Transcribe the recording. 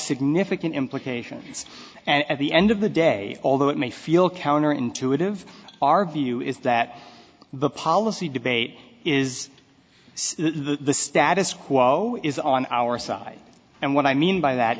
significant implications and at the end of the day although it may feel counterintuitive our view is that the policy debate is the status quo is on our side and what i mean by that